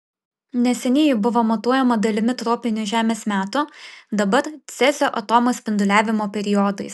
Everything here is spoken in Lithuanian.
neseniai ji buvo matuojama dalimi tropinių žemės metų dabar cezio atomo spinduliavimo periodais